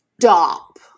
Stop